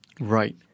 Right